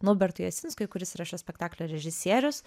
naubertui jasinskui kuris yra šio spektaklio režisierius